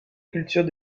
culture